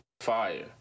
fire